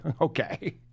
Okay